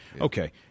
Okay